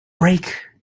break